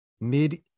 mid